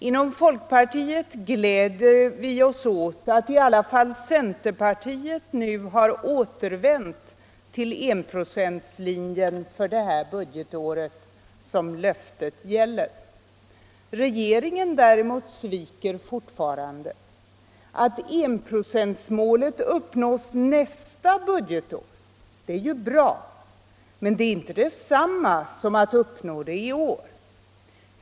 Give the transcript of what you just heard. Inom folkpartiet gläder vi oss åt att i alla fall centerpartiet nu har återvänt till enprocentslinjen för det budgetår löftet gäller. Regeringen däremot sviker fortfarande. Att enprocentsmålet uppnås nästa budgetår är ju bra, men det är inte detsamma som att uppnå det i år.